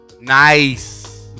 Nice